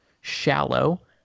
Shallow